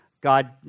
God